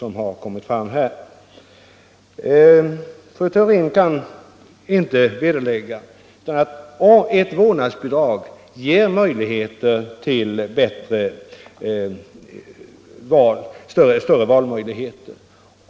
Fru Theorin kan inte vederlägga att ett vårdnadsbidrag ger större valmöjligheter.